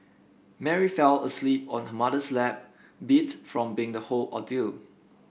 Mary fell asleep on her mother's lap beats from the whole ordeal